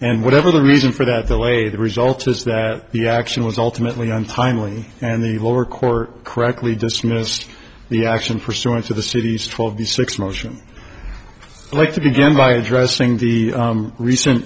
and whatever the reason for that the way the result is that the action was ultimately untimely and the lower court correctly dismissed the action pursuant to the city's twelve the six motion like to begin by addressing the recent